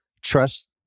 trust